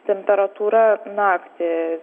temperatūra naktį